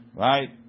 right